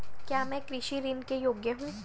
क्या मैं कृषि ऋण के योग्य हूँ?